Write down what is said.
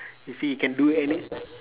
you see you can do any